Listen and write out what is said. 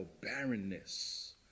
barrenness